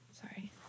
Sorry